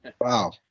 wow